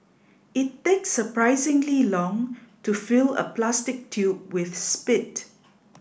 it takes surprisingly long to fill a plastic tube with spit